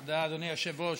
תודה, אדוני היושב-ראש.